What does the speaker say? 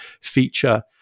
feature